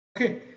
okay